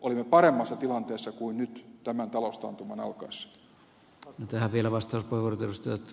olimme paremmassa tilanteessa kuin nyt tämän taloustaantuman alkaessa